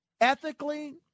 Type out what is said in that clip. ethically